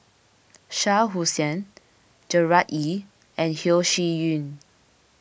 Shah Hussain Gerard Ee and Yeo Shih Yun